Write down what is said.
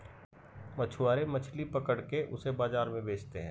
मछुआरे मछली पकड़ के उसे बाजार में बेचते है